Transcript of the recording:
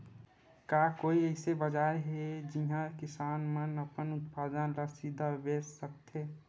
का कोई अइसे बाजार हे जिहां किसान मन अपन उत्पादन ला सीधा बेच सकथे?